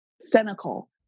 cynical